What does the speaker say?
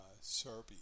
Serbia